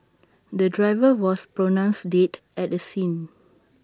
the driver was pronounced dead at the scene